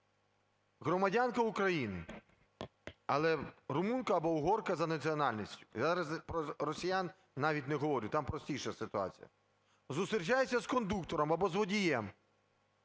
Громадянка України, але румунка або угорка за національністю, зараз я про росіян навіть не говорю, там простіша ситуація, зустрічається з кондуктором або з водієм,